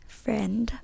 friend